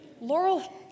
laurel